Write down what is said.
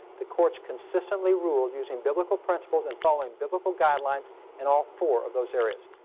the courts consistently ruled using biblical principles and following biblical guidelines in all four of those areas.